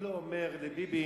ביבי